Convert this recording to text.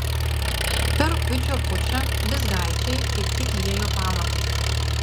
per rugpjūčio pučą vizgaičiai kaip tik liejo pamatus